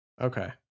Okay